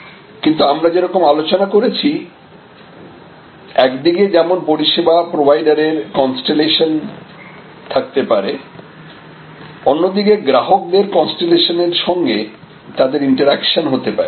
কিন্তু আমরা যেরকম আলোচনা করেছি একদিকে যেমন পরিষেবা প্রোভাইডারের কন্সটেলেশন থাকতে পারে অন্যদিকে গ্রাহকদের কন্সটেলেশন এর সঙ্গে তাদের ইন্টারেকশন হতে পারে